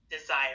desire